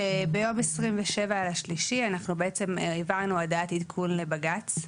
שביום 27 במרץ העברנו הודעת עדכון לבג"ץ,